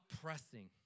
pressing